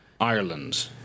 Ireland